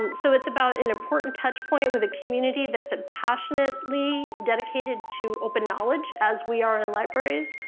and so it's about an important touch point with the community that's ah passionately dedicated to open knowledge, as we are in in libraries,